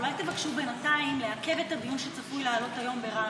אולי תבקשו בינתיים לעכב את הדיון שצפוי לעלות היום ברמ"י?